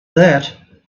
that